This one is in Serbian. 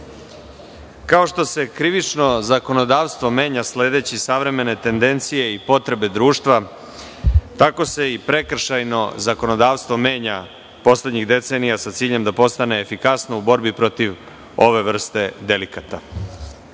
kao što se krivično zakonodavstvo menja sledeći savremene tendencije i potrebe društva, tako se i prekršajno zakonodavstvo menja poslednjih decenija sa ciljem da postane efikasno u borbi protiv ove vrste delikata. Ustavni